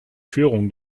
führung